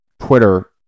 Twitter